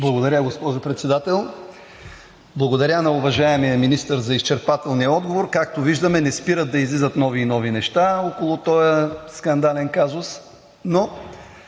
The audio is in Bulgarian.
Благодаря, госпожо Председател. Благодаря на уважаемия министър за изчерпателния отговор. Както виждаме, не спират да излизат нови и нови неща около този скандален казус. Една